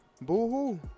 Boo-hoo